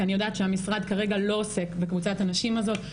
כי אני יודעת שהמשרד כרגע לא עוסק בקבוצת הנשים הזאת.